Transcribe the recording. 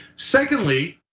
secondly,